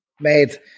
made